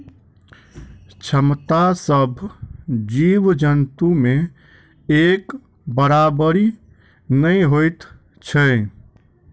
क्षमता सभ जीव जन्तु मे एक बराबरि नै होइत छै